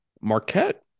Marquette